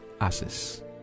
asses